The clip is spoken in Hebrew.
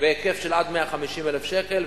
היקף של עד 150,000 שקל.